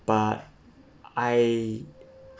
but I